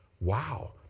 wow